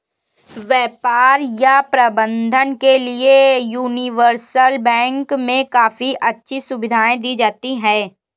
व्यापार या प्रबन्धन के लिये यूनिवर्सल बैंक मे काफी अच्छी सुविधायें दी जाती हैं